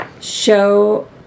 show